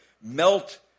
melt